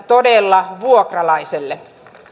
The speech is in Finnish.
todella vuokralaiselle